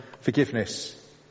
forgiveness